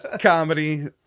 Comedy